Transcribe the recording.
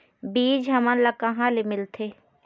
बीज हमन ला कहां ले मिलथे?